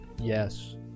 Yes